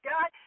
God